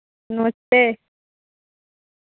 नमस्ते